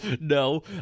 no